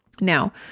Now